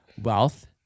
wealth